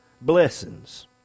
blessings